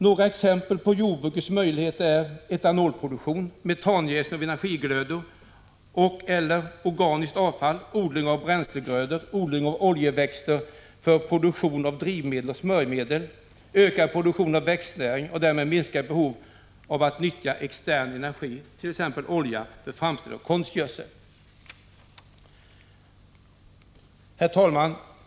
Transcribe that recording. Några exempel på jordbrukets möjligheter är etanolproduktion, metanjäsning av energigrödor och/eller organiskt avfall, odling av bränslegrödor, odling av oljeväxter för produktion av drivmedel och smörjmedel, ökad produktion av växtnäring och därmed minskat behov av att utnyttja extern energi, t.ex. olja för framställning av konstgödsel. Herr talman!